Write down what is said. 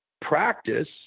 practice